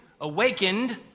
awakened